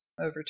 over